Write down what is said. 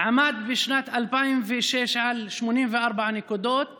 עמד בשנת 2006 על 84 נקודות